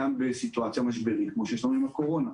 גם בסיטואציה משברית כפי שיש לנו עם הקורונה.